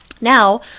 Now